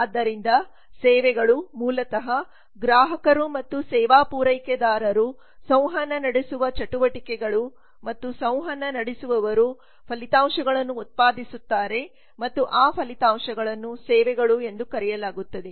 ಆದ್ದರಿಂದ ಸೇವೆಗಳು ಮೂಲತಃ ಗ್ರಾಹಕರು ಮತ್ತು ಸೇವಾ ಪೂರೈಕೆದಾರರು ಸಂವಹನ ನಡೆಸುವ ಚಟುವಟಿಕೆಗಳು ಮತ್ತು ಸಂವಹನ ನಡೆಸುವವರು ಫಲಿತಾಂಶಗಳನ್ನು ಉತ್ಪಾದಿಸುತ್ತಾರೆ ಮತ್ತು ಆ ಫಲಿತಾಂಶಗಳನ್ನು ಸೇವೆಗಳು ಎಂದು ಕರೆಯಲಾಗುತ್ತದೆ